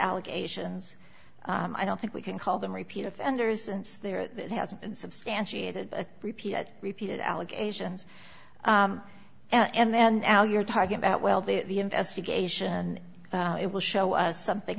allegations i don't think we can call them repeat offenders and there hasn't been substantiated repeated repeated allegations and now you're talking about well the investigation it will show us something